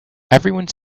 everyone